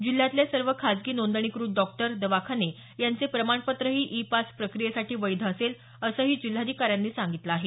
जिल्ह्यातले सर्व खाजगी नोंदणीक़त डॉक्टर दवाखाने यांचे प्रमाणपत्रही ई पास प्रक्रियेसाठी वैध असेल असंही जिल्हाधिकाऱ्यांनी सांगितलं आहे